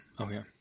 okay